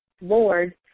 Lord